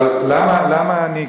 אבל למה אני,